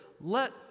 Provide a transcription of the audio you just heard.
Let